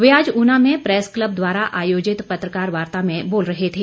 वे आज ऊना में press club द्वारा आयोजित पत्रकार वार्ता में बोल रहे थे